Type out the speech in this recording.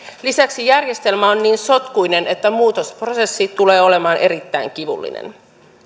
lisäksi järjestelmä on niin sotkuinen että muutosprosessi tulee olemaan erittäin kivullinen